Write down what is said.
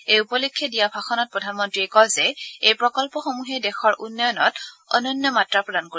এই উপলক্ষে দিয়া ভাষণত প্ৰধানমন্তীয়ে কয় যে এই প্ৰকল্পসমূহে দেশৰ উন্নয়নত অনন্যমাত্ৰা প্ৰদান কৰিব